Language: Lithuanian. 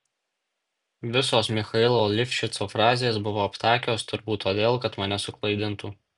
visos michailo livšico frazės buvo aptakios turbūt todėl kad mane suklaidintų